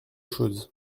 choses